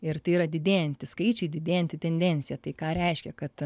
ir tai yra didėjantys skaičiai didėjanti tendencija tai ką reiškia kad